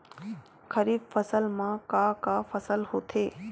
खरीफ फसल मा का का फसल होथे?